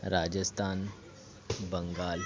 Rajasthan Bengal